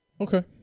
Okay